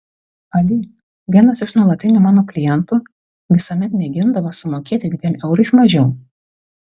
ali vienas iš nuolatinių mano klientų visuomet mėgindavo sumokėti dviem eurais mažiau